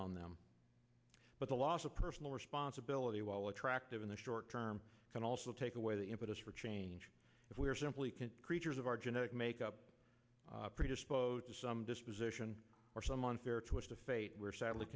on them but the loss of her responsibility while attractive in the short term can also take away the impetus for change if we are simply can creatures of our genetic make up predisposed to some disposition or some unfair twist of fate we're sadly